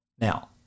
Now